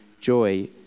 joy